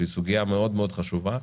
שהיא סוגיה מאוד מאוד חשובה,